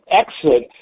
exit